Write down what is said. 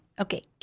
Okay